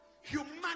humanity